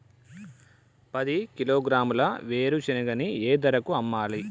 పది కిలోగ్రాముల వేరుశనగని ఏ ధరకు అమ్మాలి?